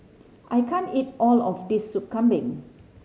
I can't eat all of this Sup Kambing